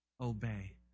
obey